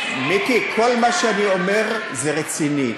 מיקי, כל מה שאני אומר זה רציני.